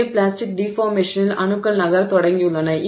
எனவே பிளாஸ்டிக் டிஃபார்மேஷனில் அணுக்கள் நகரத் தொடங்கியுள்ளன